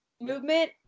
movement